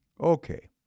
Okay